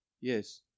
Yes